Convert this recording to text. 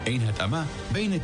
ככה, בקצרה, כמה שאפשר.